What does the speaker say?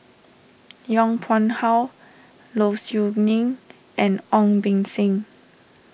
Yong Pung How Low Siew Nghee and Ong Beng Seng